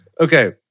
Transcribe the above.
Okay